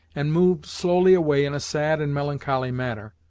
and moved slowly away in a sad and melancholy manner.